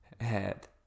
head